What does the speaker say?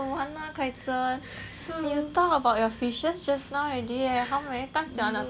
you talk about your fishes just now already eh how many times you wanna talk about your fishes